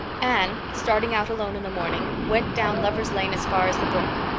anne, starting out alone in the morning, went down lover's lane as far as the brook.